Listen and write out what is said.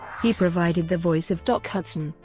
he provided the voice of doc hudson,